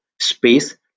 space